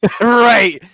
Right